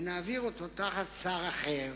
ונעביר אותו תחת שר אחר,